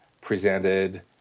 presented